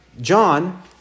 John